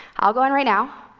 i'll go in right now.